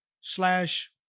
slash